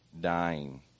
dying